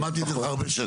שמעתי את זה ממך הרבה שנים.